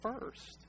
first